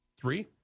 Three